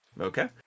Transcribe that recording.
Okay